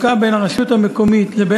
יעלה סגן השר לשירותי דת אלי בן-דהן.